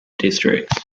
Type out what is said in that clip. districts